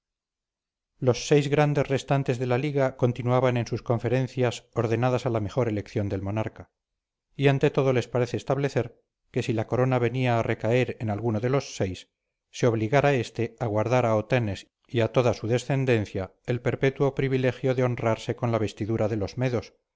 los seis grandes restantes de la liga continuaban en sus conferencias ordenadas a la mejor elección del monarca y ante todo les parece establecer que si la corona venía a recaer en alguno de los seis se obligara éste a guardar a otanes y a toda su descendencia el perpetuo privilegio de honrarse con la vestidura de los medos